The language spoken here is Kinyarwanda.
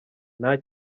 nta